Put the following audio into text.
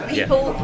People